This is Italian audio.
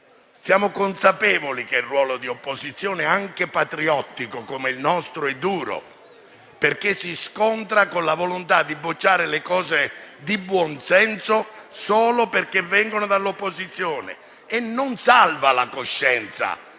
Siamo consapevoli che il ruolo di opposizione, anche patriottico come il nostro, è duro perché si scontra con la volontà di respingere le proposte di buon senso solo perché vengono dall'opposizione. E non salva la coscienza